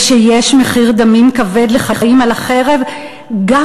ושיש מחיר דמים כבד לחיים על החרב גם